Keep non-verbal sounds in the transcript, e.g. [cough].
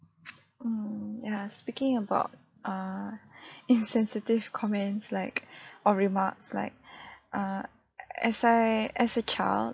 mm ya speaking about uh [laughs] insensitive comments like or remarks like [breath] err as I as a child